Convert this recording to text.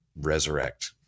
resurrect